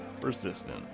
persistent